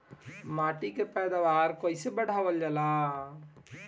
माटी के पैदावार कईसे बढ़ावल जाला?